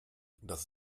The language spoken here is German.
das